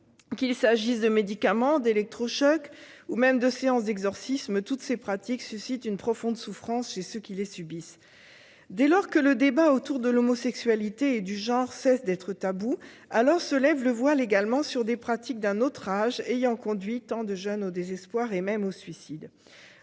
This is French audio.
qu'il s'agisse de médicaments, d'électrochocs ou même de séances d'exorcisme, toutes ces pratiques suscitent une profonde souffrance chez ceux qui les subissent. Dès lors que le débat sur l'homosexualité et le genre cesse d'être tabou, le voile se lève également sur des pratiques d'un autre âge ayant conduit tant de jeunes au désespoir, et même au suicide.